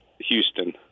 Houston